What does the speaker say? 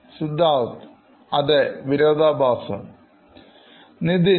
Siddharth വിരോധാഭാസം അവനെ ബാധിച്ചിരിക്കുന്നു